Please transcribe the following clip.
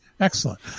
Excellent